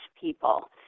people